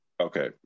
Okay